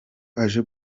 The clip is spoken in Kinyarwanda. aje